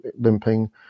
limping